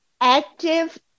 active